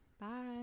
Bye